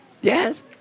Yes